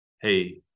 hey